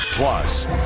Plus